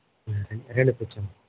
రండి కూర్చోండి